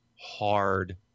hard